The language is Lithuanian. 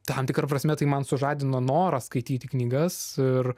tam tikra prasme tai man sužadino norą skaityti knygas ir